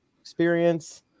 experience